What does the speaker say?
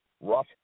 rough